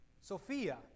Sophia